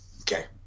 Okay